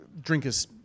drinker's